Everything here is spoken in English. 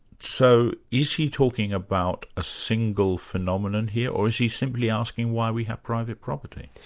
so is he talking about a single phenomenon here or is he simply asking why we have private property?